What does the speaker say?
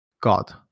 God